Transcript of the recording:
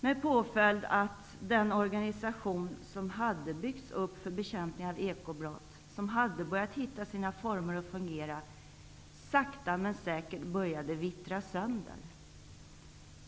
Det fick till följd att den organisation som hade byggts upp för bekämpning av ekobrott och som hade börjat hitta sina former och börjat fungera sakta men säkert började vittra sönder.